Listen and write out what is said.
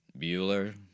Bueller